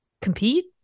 compete